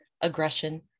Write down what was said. aggression